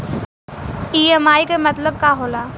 EMI के मतलब का होला?